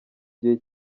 gihe